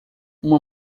uma